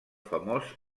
famós